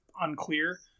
unclear